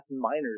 miners